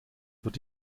wird